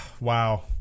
wow